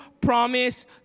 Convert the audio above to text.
promise